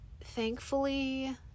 Thankfully